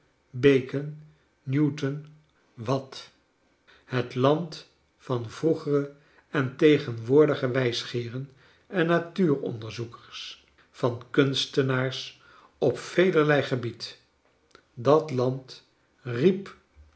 bacon newton watt het land van vroegere en tegenwoordige wijsgeeren en natuuronderzoekers van kunstenaars op velerlei gcbied dat land riep